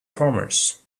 farmers